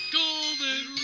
golden